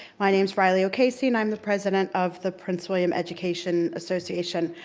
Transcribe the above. my name's riley o'casey, and i'm the president of the prince william education association.